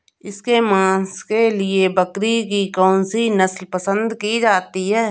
इसके मांस के लिए बकरी की कौन सी नस्ल पसंद की जाती है?